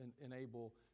enable